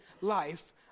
life